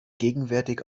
gegenwärtig